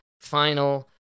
final